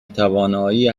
توانایی